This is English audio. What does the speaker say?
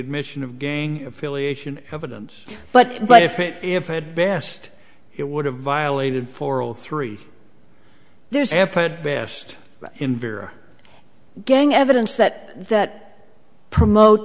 admission of gang affiliation evidence but but if it if i had best it would have violated for all three there's effort at best in vera gang evidence that that promote